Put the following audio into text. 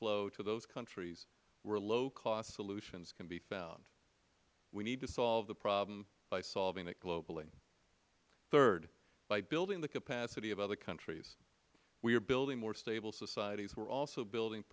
flow to those countries where low cost solutions can be found we need to solve the problem by solving it globally third by building the capacity of other countries we are building more stable societies we are also building